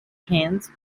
hands